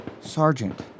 Sergeant